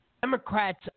Democrats